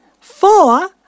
Four